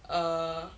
err